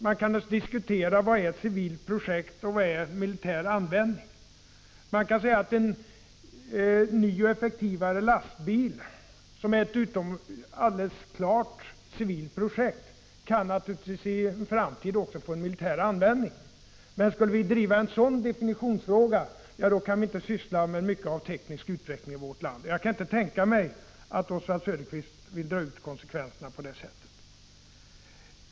Man kan självfallet diskutera vad som är ett civilt projekt och vad som är ett projekt för militär användning. Exempelvis utvecklandet av en ny och effektivare lastbil, som alldeles klart är ett helt civilt projekt, kan naturligtvis leda till att lastbilen i framtiden får också en militär användning. Men skulle vi driva sådana definitionsfrågor, då kan vi inte syssla med mycket av teknisk utveckling i vårt land. Jag kan inte tänka mig att Oswald Söderqvist vill dra ut konsekvenserna på det sättet.